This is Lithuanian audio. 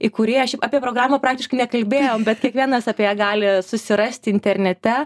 į kurį aš apie programą praktiškai nekalbėjom bet kiekvienas apie ją gali susirasti internete